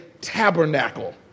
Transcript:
tabernacle